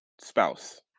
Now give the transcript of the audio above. spouse